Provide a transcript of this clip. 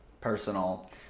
personal